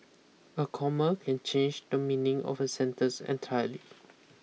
a comma can change the meaning of a sentence entirely